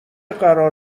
قرار